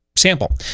sample